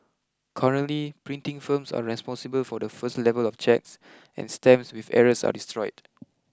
currently printing firms are responsible for the first level of checks and stamps with errors are destroyed